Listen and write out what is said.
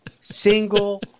single